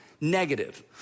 negative